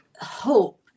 hope